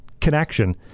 Connection